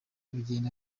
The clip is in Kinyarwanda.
bigenda